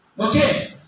Okay